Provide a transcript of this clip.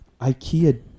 Ikea